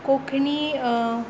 Konkani